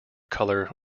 color